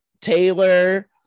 Taylor